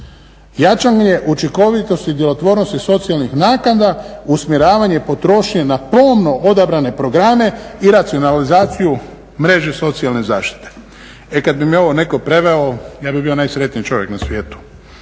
Jačanje učinkovitosti i djelotvornosti socijalnih naknada, usmjeravanje potrošnje na pomno odabrane programe i racionalizaciju mreže socijalne zaštite. E kad bi mi ovo netko preveo ja bih bio najsretniji čovjek na svijetu.